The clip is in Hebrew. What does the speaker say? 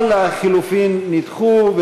כל החלופין נדחו,